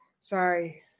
Sorry